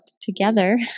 together